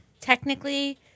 technically